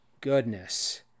goodness